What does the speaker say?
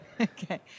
Okay